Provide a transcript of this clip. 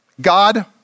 God